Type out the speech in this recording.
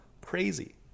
Crazy